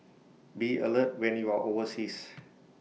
be alert when you are overseas